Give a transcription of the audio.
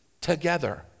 together